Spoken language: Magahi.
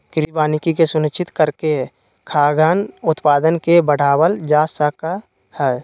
कृषि वानिकी के सुनिश्चित करके खाद्यान उत्पादन के बढ़ावल जा सक हई